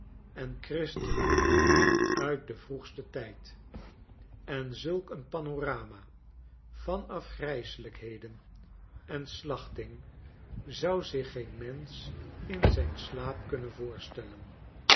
en christenen uit den vroegsten tijd j en zulk een panorama van afgrijselijkheden en slachting zou zich geen mensch in zijn slaap kunnen voorstellen